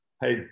hey